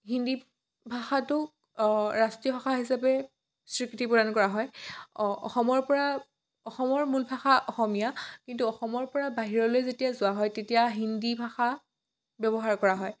হিন্দী ভাষাটোক ৰাষ্ট্ৰীয় ভাষা হিচাপে স্বীকৃতি প্ৰদান কৰা হয় অসমৰ পৰা অসমৰ মূলভাষা অসমীয়া কিন্তু অসমৰ পৰা বাহিৰলৈ যেতিয়া যোৱা হয় তেতিয়া হিন্দী ভাষা ব্যৱহাৰ কৰা হয়